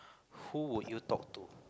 who would you talk to